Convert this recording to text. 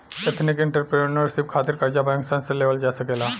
ethnic entrepreneurship खातिर कर्जा bank सन से लेवल जा सकेला